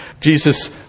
Jesus